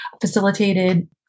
facilitated